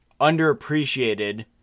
underappreciated